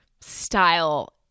style